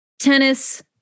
tennis